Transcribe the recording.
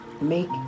make